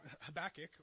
Habakkuk